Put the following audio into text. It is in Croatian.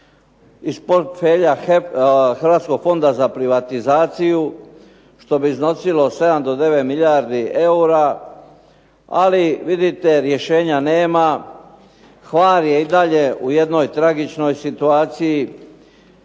iz portfelja Hrvatskog fonda za privatizaciju što bi iznosili 7 do 9 milijardi eura. Ali vidite rješenja nema. Hvar je i dalje u jednoj tragičnoj situaciji.